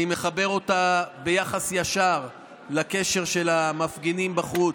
אני מחבר אותה ביחס ישר לקשר של המפגינים בחוץ,